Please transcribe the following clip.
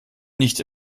nicht